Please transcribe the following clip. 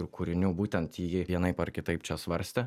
ir kūrinių būtent jį vienaip ar kitaip čia svarstė